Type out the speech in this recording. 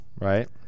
Right